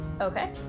Okay